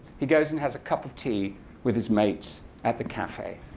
he goes and has a cup of tea with his mates at the cafe.